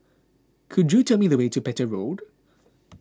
could you tell me the way to Petir Road